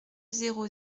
zéro